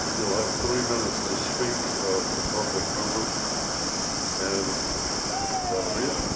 you'll have three minutes to speak for public members and that'll be it.